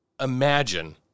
Imagine